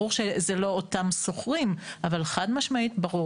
ברור שזה לא אותם שוכרים אבל חד משמעית ברור